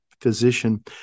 physician